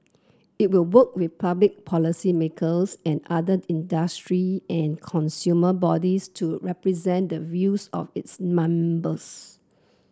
it will work with public policymakers and other industry and consumer bodies to represent the views of its members